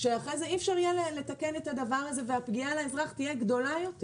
שאחרי כן אי אפשר יהיה לתקן אותו והפגיעה באזרח תהיה גדולה יותר?